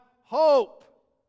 hope